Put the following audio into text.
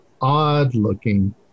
odd-looking